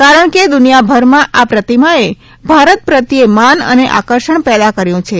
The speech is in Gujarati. કારણ કે દુનિયાભરમાં આ પ્રતિમાએ ભારત પ્રત્યે માન અને આકર્ષણ પેદા કર્યૂં છે